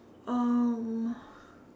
um